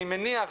אני מניח,